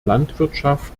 landwirtschaft